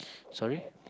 sorry